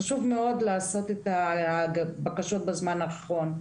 חשוב מאוד לעשות את הבקשות בזמן הנכון.